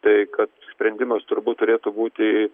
tai kad sprendimas turbūt turėtų būti